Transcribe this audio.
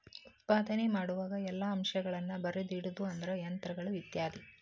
ಉತ್ಪಾದನೆ ಮಾಡುವಾಗ ಎಲ್ಲಾ ಅಂಶಗಳನ್ನ ಬರದಿಡುದು ಅಂದ್ರ ಯಂತ್ರಗಳು ಇತ್ಯಾದಿ